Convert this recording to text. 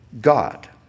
God